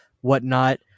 whatnot